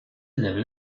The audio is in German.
level